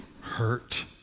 hurt